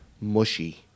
mushy